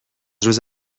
روز